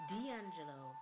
D'Angelo